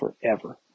forever